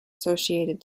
associated